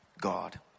God